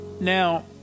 Now